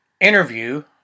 interview